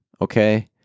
okay